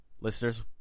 Listeners